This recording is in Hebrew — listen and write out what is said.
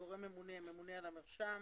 הגורם הממונה הוא הממונה על המרשם.